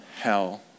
hell